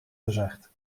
gezegd